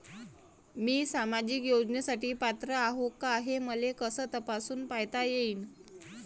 मी सामाजिक योजनेसाठी पात्र आहो का, हे मले कस तपासून पायता येईन?